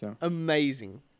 Amazing